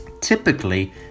typically